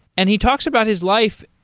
and he talks about his life.